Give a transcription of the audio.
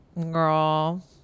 girl